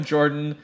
Jordan